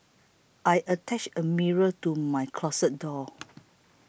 I attached a mirror to my closet door